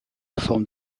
forme